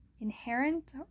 inherent